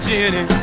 Jenny